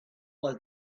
was